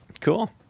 Cool